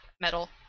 metal